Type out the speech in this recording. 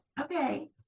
Okay